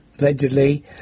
allegedly